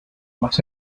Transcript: más